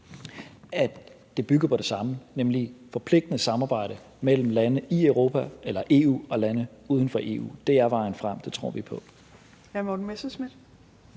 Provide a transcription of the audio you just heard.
at det bygger på det samme, nemlig et forpligtende samarbejde mellem lande i Europa eller EU og lande uden for EU. Det er vejen frem, det tror vi på.